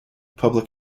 public